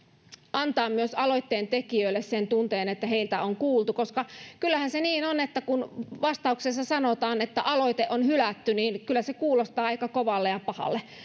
antaa myös aloitteentekijöille sen tunteen että heitä on kuultu kyllähän se niin on että kun vastauksessa sanotaan että aloite on hylätty niin se kuulostaa aika kovalle ja pahalle